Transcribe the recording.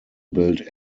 build